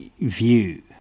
view